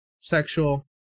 sexual